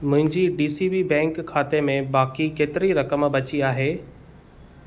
मुंहिंजी DCB bank खाते में बाक़ी केतिरी रक़म बची आहे